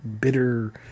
bitter –